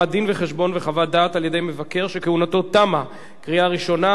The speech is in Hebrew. אושרה בקריאה הראשונה,